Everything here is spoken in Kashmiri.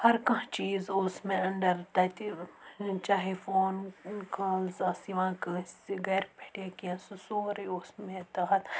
ہرکانٛہہ چیٖز اوس مےٚ اَنٛڈَر تَتہِ چاہے فون کالٕز آسہٕ یِوان کٲنٛسہِ گَرِ پؠٹھ یا کینٛہہ سُہ سورُے اوس مےٚ تَحت